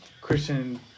Christian